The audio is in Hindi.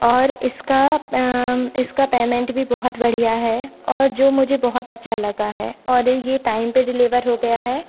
और इसका इसका पैमेंट भी बहुत बढ़िया है और जो मुझे बहुत अच्छा लगा है और ये टाइम पर डिलीवर हो गया है